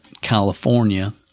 California